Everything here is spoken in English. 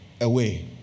away